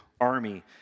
army